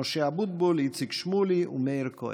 משה אבוטבול, איציק שמולי ומאיר כהן.